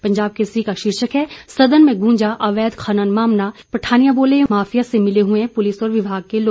पंजाब केसरी का शीर्षक है सदन में गूंजा अवैध खनन मामला पठानिया बोले माफिया से मिले हुए हैं पुलिस और विभाग के लोग